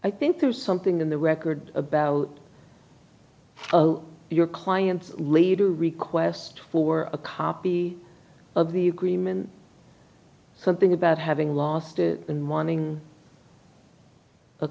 i think there's something in the record about oh your client later request for a copy of the agreement something about having lost it and wanting a